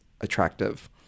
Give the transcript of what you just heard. attractive